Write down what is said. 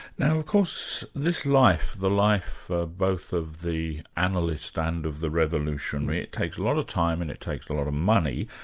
now of course this life, the life of both of the analyst and of the revolutionary, it takes a lot of time, and it takes a lot of money,